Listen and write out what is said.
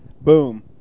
Boom